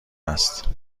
است